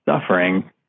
suffering